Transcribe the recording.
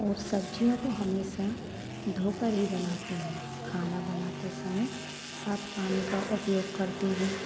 और सब्ज़ियों को हमेशा धो कर ही बनाती हूँ खाना बनाते समय साफ़ पानी का उपयोग करती हूँ